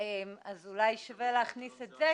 אז אולי שווה להכניס את זה